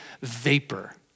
vapor